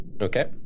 Okay